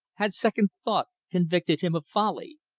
had second thought convicted him of folly?